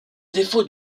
défaut